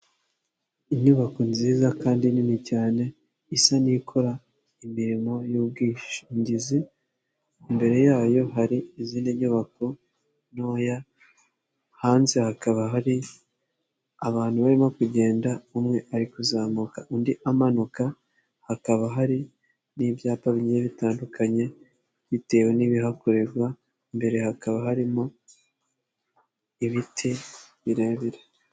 Inyubako nziza kandi nini cyane isa n'ikora imirimo y'ubwishingizi, imbere yayo hari izindi nyubako ntoya. Hanze hakaba hari abantu barimo kugenda umwe ari kuzamuka undi amanuka, hakaba hari n'ibyapa bigiye bitandukanye bitewe n'ibihakorerwa, imbere hakaba harimo ibiti birebire.